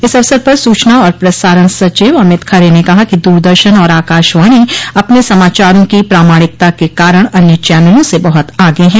इस अवसर पर सूचना और प्रसारण सचिव अमित खरे ने कहा कि दूरदर्शन और आकाशवाणी अपने समाचारों की प्रामाणिकता के कारण अन्य चनलों से बहुत आगे है